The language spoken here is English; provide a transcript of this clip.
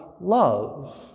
love